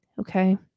Okay